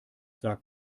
sag